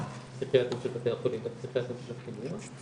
הפסיכיאטרים של בתי החולים לפסיכיאטרים של הפנימיות,